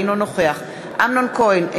אינו נוכח אמנון כהן,